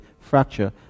fracture